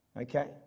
okay